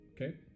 Okay